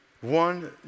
one